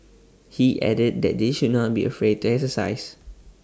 he added that they should not be afraid to exercise